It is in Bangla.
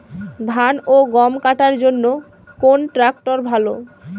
ধান ও গম কাটার জন্য কোন ট্র্যাক্টর ভালো?